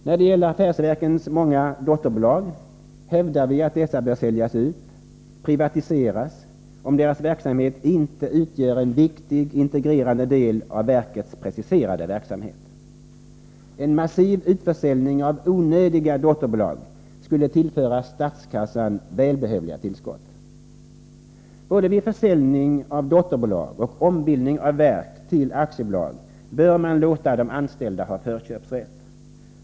När det gäller affärsverkens många dotterbolag hävdar vi att dessa bör säljas ut, privatiseras, om deras verksamhet inte utgör en viktig integrerande del av verkets preciserade verksamhet. En massiv utförsäljning av ”onödiga” dotterbolag skulle tillföra statskassan välbehövliga tillskott. Både vid försäljning av dotterbolag och ombildning av verk till aktiebolag bör man låta de anställda ha förköpsrätt.